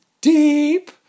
deep